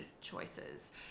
choices